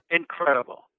Incredible